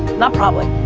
not probably.